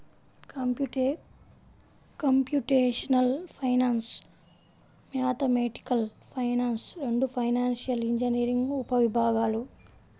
computational finance, mathematical finance రెండూ financial engineering ఉపవిభాగాలు